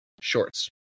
shorts